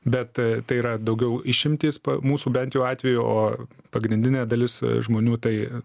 bet tai yra daugiau išimtys mūsų bent jau atveju o pagrindinė dalis žmonių tai